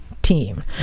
Team